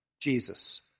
Jesus